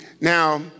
Now